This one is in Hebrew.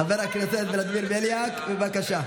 חבר הכנסת ולדימיר בליאק, בבקשה.